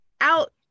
out